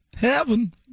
Heaven